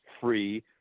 free